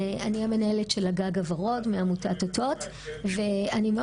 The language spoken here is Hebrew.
אני המנהלת של הגג הוורוד ואני מאוד